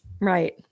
Right